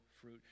fruit